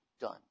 done